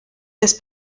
this